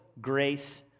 grace